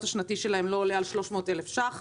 השנתי שלהם לא עולה על 300,000 שקלים.